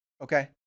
Okay